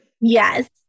Yes